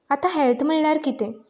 आतां हेल्थ म्हणल्यार कितें